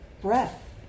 breath